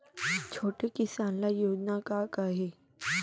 छोटे किसान ल योजना का का हे?